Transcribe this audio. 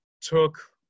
took